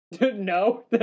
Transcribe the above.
No